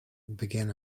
began